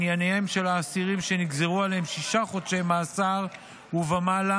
ענייניהם של האסירים שנגזרו עליהם שישה חודשי מאסר ומעלה,